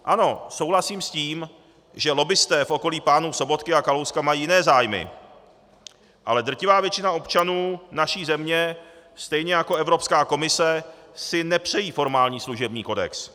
Ano, souhlasím s tím, že lobbisté v okolí pánů Sobotky a Kalouska mají jiné zájmy, ale drtivá většina občanů naší země stejně jako Evropská komise si nepřejí formální služební kodex.